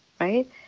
right